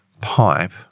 pipe